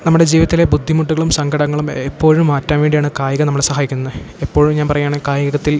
നമ്മുടെ ജീവിതത്തിലെ ബുദ്ധിമുട്ടുകളും സങ്കടങ്ങളും എപ്പോഴും മാറ്റാൻ വേണ്ടിയാണ് കായികം നമ്മളേ സഹായിക്കുന്നത് എപ്പോഴും ഞാൻ പറയുകയാണേ കായികത്തിൽ